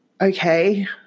okay